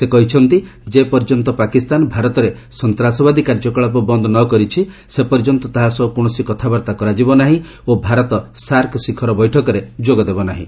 ସେ କହିଛନ୍ତି ଯେପର୍ଯ୍ୟନ୍ତ ପାକିସ୍ତାନ ଭାରତରେ ସନ୍ତାସବାଦୀ କାର୍ଯ୍ୟକଳାପ ବନ୍ଦ ନ କରିଛି ସେ ପର୍ଯ୍ୟନ୍ତ ତାହା ସହ କୌଣସି କଥାବାର୍ତ୍ତା କରାଯିବ ନାହିଁ ଓ ଭାରତ ସାର୍କ ଶିଖର ବୈଠକରେ ଯୋଗଦେବ ନାହିଁ